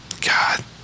God